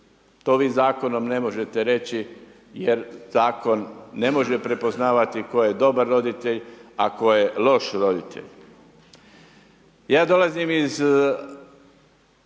To vi Zakonom ne možete reći, jer Zakon ne može prepoznavati tko je dobar roditelj, a tko je loš roditelj. Ja dolazim iz